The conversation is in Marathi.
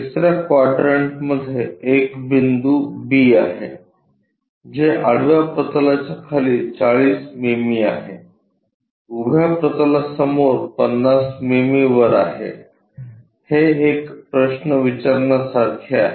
तिसर्या क्वाड्रंटमध्ये एक बिंदू B आहे जे आडव्या प्रतलाच्या खाली 40 मिमी आहे उभ्या प्रतलासमोर 50 मिमी वर आहे हे एक प्रश्न विचारण्यासारखे आहे